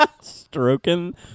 Stroking